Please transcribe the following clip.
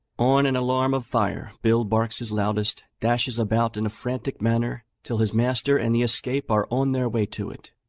on an alarm of fire bill barks his loudest, dashes about in a frantic manner, till his master and the escape are on their way to it.